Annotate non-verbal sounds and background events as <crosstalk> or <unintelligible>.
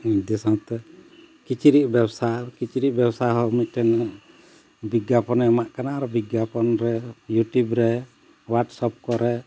<unintelligible> ᱥᱟᱶᱛᱮ ᱠᱤᱪᱨᱤᱡ ᱵᱮᱵᱽᱥᱟ ᱠᱤᱪᱨᱤᱡ ᱵᱮᱵᱽᱥᱟ ᱦᱚᱸ ᱢᱤᱫᱴᱮᱱ ᱵᱤᱜᱽᱜᱟᱯᱚᱱᱮ ᱮᱢᱟᱜ ᱠᱟᱱᱟ ᱟᱨ ᱵᱤᱜᱽᱜᱟᱯᱚᱱ ᱨᱮ ᱤᱭᱩᱴᱩᱵᱽ ᱨᱮ ᱦᱳᱣᱟᱴᱥᱚᱯ ᱠᱚᱨᱮ